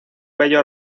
bello